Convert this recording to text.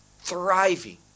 thriving